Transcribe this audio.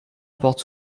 porte